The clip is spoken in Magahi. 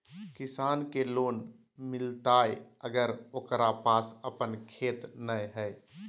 किसान के लोन मिलताय अगर ओकरा पास अपन खेत नय है?